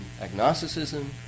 agnosticism